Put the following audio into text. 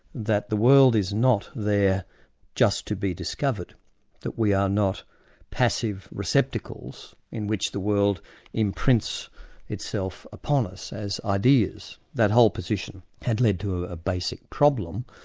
that the world is not there just to be discovered that we are not passive receptacles in which the world imprints itself upon us as ideas. that whole position had led to a basic problem,